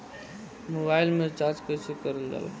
Mobile में recharge कइसे करल जाला?